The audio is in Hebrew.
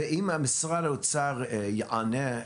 אם משרד האוצר ייענה,